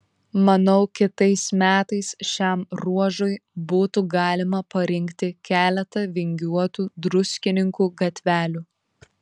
manau kitais metais šiam ruožui būtų galima parinkti keletą vingiuotų druskininkų gatvelių